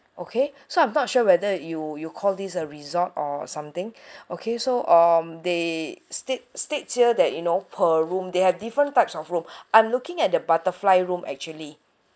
okay so I'm not sure whether you you call this a resort or something okay so um they state states here that you know per room they have different types of room I'm looking at the butterfly room actually